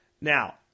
Now